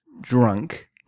drunk